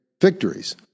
victories